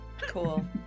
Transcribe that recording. Cool